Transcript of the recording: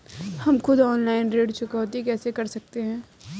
हम खुद ऑनलाइन ऋण चुकौती कैसे कर सकते हैं?